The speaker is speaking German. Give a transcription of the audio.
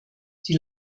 die